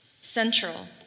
Central